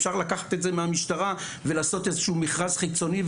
אפשר לקחת את זה מהמשטרה ולעשות איזשהו מכרז חיצוני,